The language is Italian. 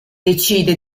decide